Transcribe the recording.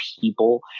people